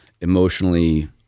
emotionally